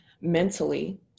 mentally